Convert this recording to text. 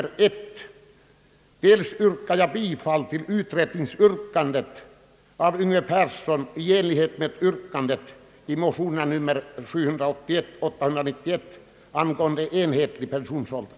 Jag instämmer också i det av herr Yngve Persson framställda yrkandet om en utredning i enlighet med motionerna I: 781 och II: 891 om enhetlig pensionsålder.